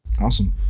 Awesome